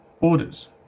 orders